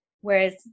Whereas